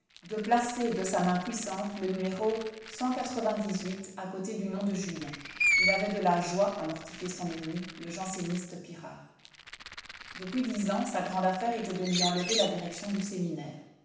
de placer de sa main puissante le numéro à côté du nom de julien il avait de la joie à mortifier son ennemi le janséniste pirard depuis dix ans sa grande affaire était de lui enlever la direction du séminaire